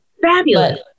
Fabulous